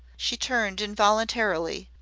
she turned involuntarily,